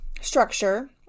structure